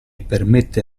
permette